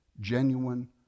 genuine